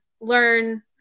learn